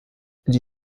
die